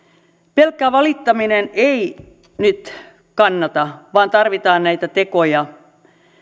pelkkä valittaminen ei nyt kannata vaan tarvitaan näitä tekoja